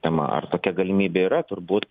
tema ar tokia galimybė yra turbūt